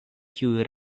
kiuj